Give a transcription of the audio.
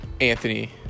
Anthony